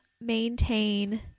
maintain